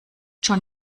schon